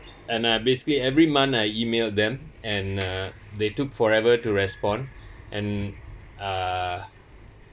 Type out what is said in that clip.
and I basically every month I email them and uh they took forever to respond and uh